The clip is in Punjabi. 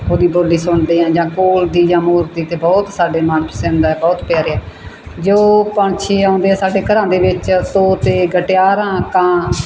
ਉਹਦੀ ਬੋਲੀ ਸੁਣਦੇ ਹਾਂ ਜਾਂ ਕੋਇਲ ਦੀ ਜਾਂ ਮੋਰ ਦੀ ਅਤੇ ਬਹੁਤ ਸਾਡੇ ਮਨ ਪਸੰਦ ਹੈ ਬਹੁਤ ਪਿਆਰੇ ਜੋ ਪੰਛੀ ਆਉਂਦੇ ਹੈ ਸਾਡੇ ਘਰਾਂ ਦੇ ਵਿੱਚ ਤੋਤੇ ਗਟਿਆਰਾਂ ਕਾਂ